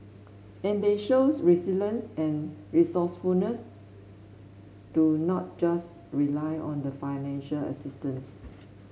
and they shows resilience and resourcefulness to not just rely on the financial assistance